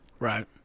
Right